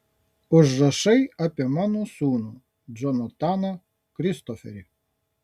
užrašai apie mano sūnų džonataną kristoferį